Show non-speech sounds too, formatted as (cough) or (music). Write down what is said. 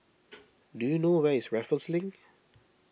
(noise) do you know where is Raffles Link